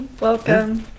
welcome